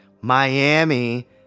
Miami